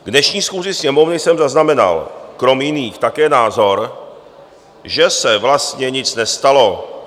K dnešní schůzi Sněmovny jsem zaznamenal krom jiných také názor, že se vlastně nic nestalo.